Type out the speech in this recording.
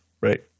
right